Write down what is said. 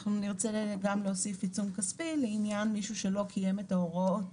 אנחנו נרצה גם להוסיף עיצום כספי לעניין מישהו שלא קיים את ההוראות